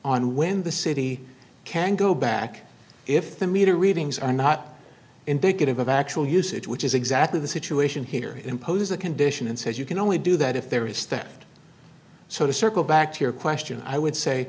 on when the city can go back if the meter readings are not indicative of actual usage which is exactly the situation here imposes a condition and says you can only do that if there is stepped so to circle back to your question i would say